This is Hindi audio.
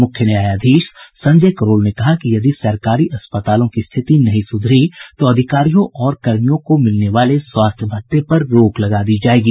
मुख्य न्यायाधीश संजय करोल ने कहा कि यदि सरकारी अस्पतालों की स्थिति नहीं सुधरी तो अधिकारियों और कर्मियों को मिलने वाले स्वास्थ्य भत्ते पर रोक लगा दी जायेगी